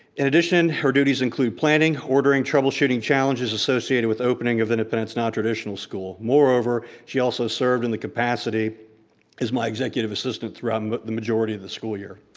in addition, her duties include planning, ordering, troubleshooting challenges challenges associated with opening of independence non-traditional school. moreover, she also served in the capacity as my executive assistant throughout um but the majority of the school year.